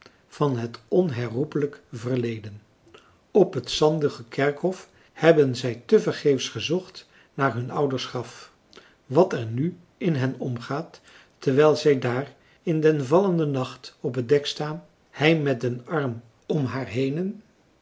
van het onherroepelijk verleden op het zandige kerkhof hebben zij tevergeefs gezocht naar hun ouders graf wat er nu in hen omgaat terwijl zij daar in den vallenden nacht op het dek staan hij met den arm om haar henen